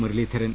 Muraleedharan